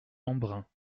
embrun